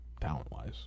talent-wise